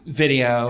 video